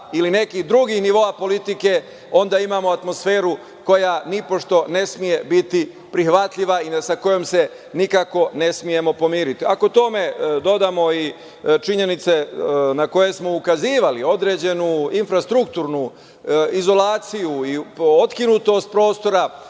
ili nekih drugih nivoa politike, onda imamo atmosferu koja nipošto ne sme biti prihvatljiva i sa kojom se nikako ne smemo pomiriti. Ako tome dodamo i činjenice na koje smo ukazivali, određenu infrastrukturnu izolaciju i otkinutost prostora